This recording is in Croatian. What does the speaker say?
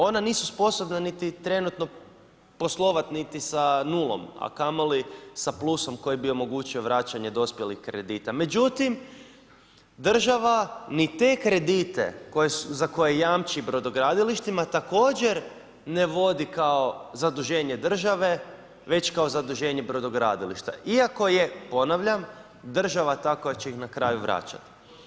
Ona nisu sposobna niti trenutno poslovat niti sa nulom, a kamoli sa plusom koji bi omogućio vraćanje dospjelih kredita, međutim država ni te kredite za koje jamči brodogradilištima također ne vodi kao zaduženje države, već kao zaduženje brodogradilišta, iako je, ponavljam, država ta koja će ih na kraju vraćat.